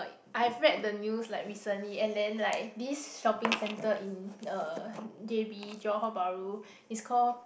I've read the news like recently and then like this shopping centre in uh J_B Johor-Bahru is call